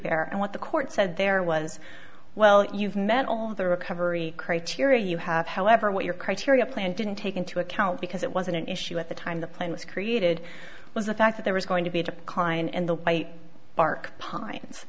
bear and what the court said there was well you've met all the recovery criteria you have however what your criteria plan didn't take into account because it wasn't an issue at the time the plane was created was the fact that there was going to be to combine in the park pines